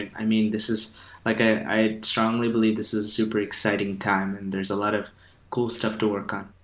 i mean this is like i strongly believe, this is super exciting time and there's a lot of cool stuff to work on.